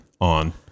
on